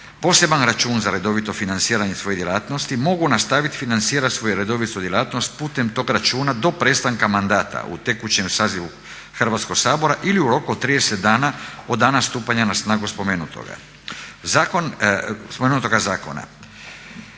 poseban račun za redovito financiranje svojih djelatnosti mogu nastaviti financirati svoju redovitu djelatnost putem tog računa do prestanka mandata u tekućem sazivu Hrvatskog sabora ili u roku od 30 dana od dana stupanja na snagu spomenutoga zakona.